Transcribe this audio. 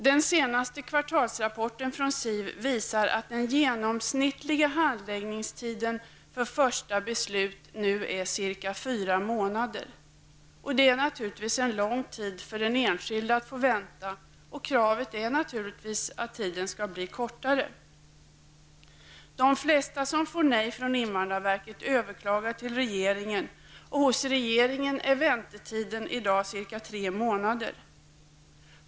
Den senaste kvartalsrapporten från invandrarverket visar att den genomsnittliga handläggningstiden för första beslut nu är ca 4 månader. Det är naturligtvis en lång tid för den enskilde att vänta, och kravet är att tiden skall bli kortare. De flesta som får nej av invandrarverket överklagar till regeringen, och hos regeringen är väntetiden i dag ca 3 månader.